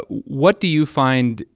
what do you find,